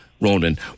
Ronan